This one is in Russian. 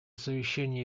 совещание